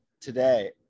today